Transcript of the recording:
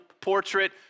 portrait